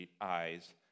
eyes